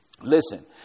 Listen